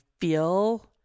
feel